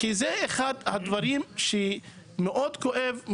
אחד הדברים שמאוד כואב,